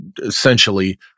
essentially